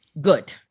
good